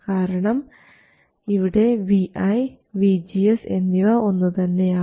കാരണം ഇവിടെ vi vGS എന്നിവ ഒന്നു തന്നെയാണ്